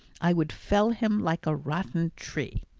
i would fell him like a rotten tree!